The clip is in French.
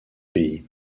pays